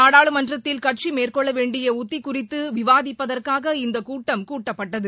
நாடாளுமன்றத்தில் கட்சிமேற்கொள்ளவேண்டியஉத்திகுறித்துவிவாதிப்பதற்காக இந்தக் கூட்டம் கூட்ப்பட்டது